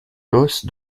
gosse